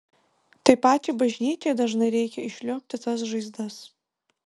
tai pačiai bažnyčiai dažnai reikia išliuobti tas žaizdas